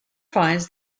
finds